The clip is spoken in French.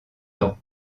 temps